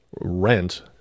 rent